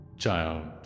Child